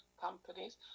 companies